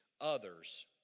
others